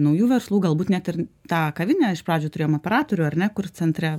naujų verslų galbūt net ir tą kavinę iš pradžių turėjom operatorių ar ne kur centre